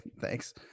thanks